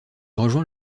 rejoint